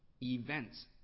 events